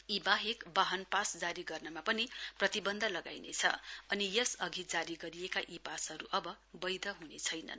यीबाहेक वाहन पास जारी गर्नमा पनि प्रतिबन्ध लगाइनेछ अनि यसअघि जारी गरिएका ई पासहरू अब बैध हुनेछैनन्